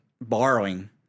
borrowing